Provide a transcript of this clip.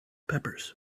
peppers